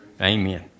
Amen